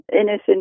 innocent